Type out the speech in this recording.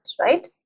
right